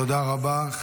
תודה רבה.